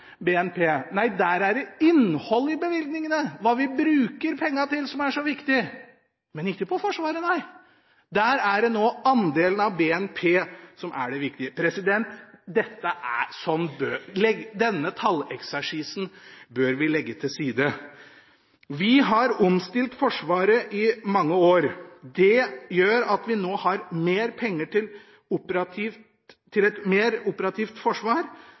BNP. Nei, der er det innholdet i bevilgningene – hva vi bruker pengene til – som er så viktig. Men ikke når det gjelder Forsvaret, nei – der er det nå andelen av BNP som er det viktige. Denne talleksersisen bør vi legge til side. Vi har omstilt Forsvaret i mange år. Det gjør at vi nå har mer penger til et mer operativt forsvar.